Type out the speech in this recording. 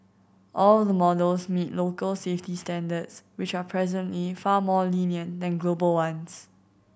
all the models meet local safety standards which are presently far more lenient than global ones